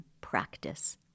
practice